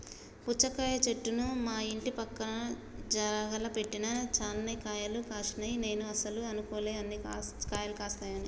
పుచ్చకాయ చెట్టును మా ఇంటి పక్క జాగల పెట్టిన చాన్నే కాయలు గాశినై నేను అస్సలు అనుకోలే అన్ని కాయలేస్తాయని